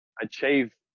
achieve